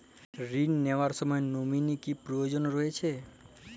ঋণ নেওয়ার সময় নমিনি কি প্রয়োজন রয়েছে?